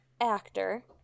actor